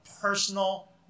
personal